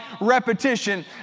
repetition